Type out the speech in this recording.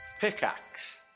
pickaxe